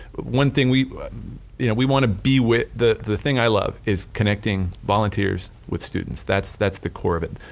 one thing we but you know we wanna be the the thing i love is connecting volunteers with students. that's that's the core of it,